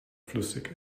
flüssig